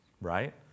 Right